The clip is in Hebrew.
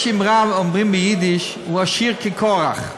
יש אמרה, אומרים ביידיש, הוא עשיר כקורח,